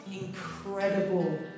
incredible